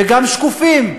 וגם שקופים,